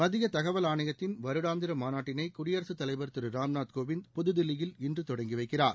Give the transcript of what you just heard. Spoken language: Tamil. மத்திய தகவல் ஆணையத்தின் வருடாந்திர மாநாட்டினை குடியரசு தலைவர் திரு ராம்நாத் கோவிந்த் புதுதில்லியில் இன்று தொடங்கி வைக்கிறார்